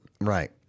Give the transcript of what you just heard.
Right